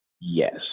Yes